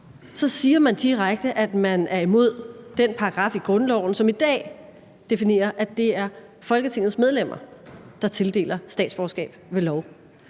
så siger man direkte, at man er imod den paragraf i grundloven, som i dag definerer, at det er Folketingets medlemmer, der tildeler statsborgerskab ved lov.